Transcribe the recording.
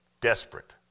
desperate